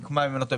אם אני לא טועה,